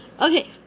Okay